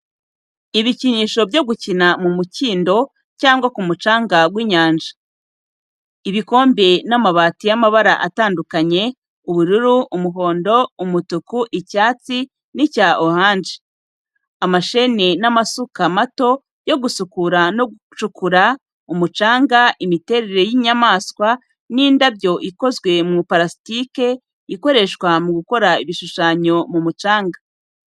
Ibikinisho byo gukina mu mukindo cyangwa ku mucanga w’inyanja. Ibikombe n’amabati y’amabara atandukanye: ubururu, umuhondo, umutuku, icyatsi, n’icya oranje. Amasheni n’amasuka mato yo gukurura no gucukura, umucanga, imiterere y’inyamaswa n’indabyo ikozwe mu parasitike ikoreshwa mu gukora ibishushanyo mu mucanga.